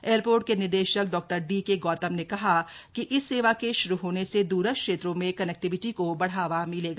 airport के निदेशक Dr D K Gautam ने कहा कि इस सेवा के शुरू होने से दूरस्थ क्षेत्रो में कनेक्टिविटी को बढ़ावा मिलेगा